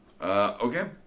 okay